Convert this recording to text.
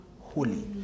holy